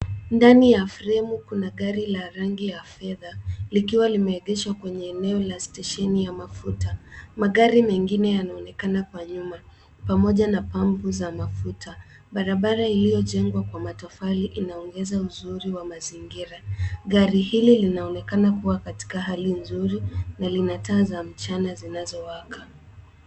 Ndani ya fremu kuna gari la rangi ya fedha likiwa limeegeshwa kwenye eneo la stesheni ya mafuta. Magari mengine yanaonekana kwa nyuma pamoja na pambu za mafuta. Barabara iliyojengwa kwa matofali inaongeza uzuri wa mazingira gari hili linaonekana kuwa katika hali nzuri na lina taa za mchana zinazo waka.